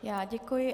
Já děkuji.